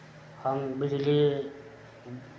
हम बिजली